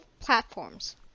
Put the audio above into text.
platforms